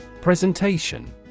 Presentation